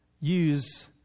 use